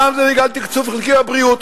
פעם זה בגלל תקצוב חלקי בבריאות.